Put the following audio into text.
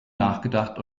nachgedacht